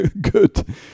good